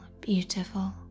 beautiful